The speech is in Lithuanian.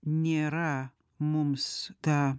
nėra mums ta